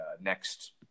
next –